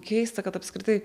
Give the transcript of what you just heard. keista kad apskritai